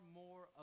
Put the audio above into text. more